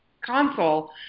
console